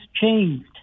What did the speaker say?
changed